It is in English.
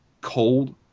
cold